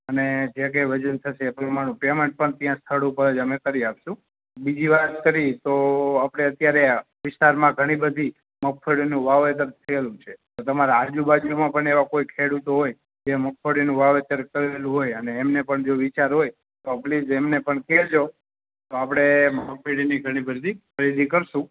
અને જે કાંઈ વજન થશે એ પ્રમાણે એનું પેમેન્ટ પણ ત્યાં સ્થળ ઉપર જ અમે કરી આપીશું બીજી વાત કરીશ તો આપણે અત્યારે વિસ્તારમાં ઘણી બધી મગફળીનું વાવેતર થયેલું છે તો તમારા આજુબાજુમાં પણ એવા કોઈ ખેડૂતો હોય જે મગફળીનું વાવેતર કરેલું હોય અને એમને પણ જો વિચાર હોય તો પ્લીઝ એમને પણ કહેજો તો આપણે મગફળીની ઘણી બધી ખરીદી કરીશું